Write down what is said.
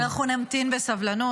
אנחנו נמתין בסבלנות.